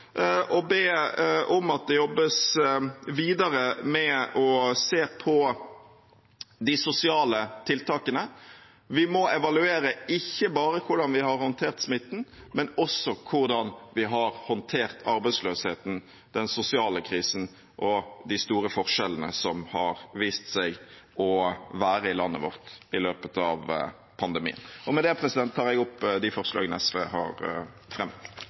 å be om at det jobbes videre med å se på de sosiale tiltakene. Vi må evaluere ikke bare hvordan vi har håndtert smitten, men også hvordan vi har håndtert arbeidsløsheten, den sosiale krisen og de store forskjellene som har vist seg å være i landet vårt i løpet av pandemien. Med det tar jeg opp de forslagene SV har fremmet.